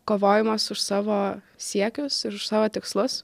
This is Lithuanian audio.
kovojimas už savo siekius ir už savo tikslus